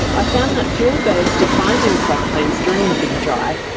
i found that fewer birds declined in floodplains during the big dry,